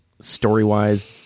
story-wise